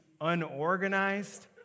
unorganized